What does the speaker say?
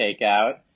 takeout